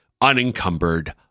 unencumbered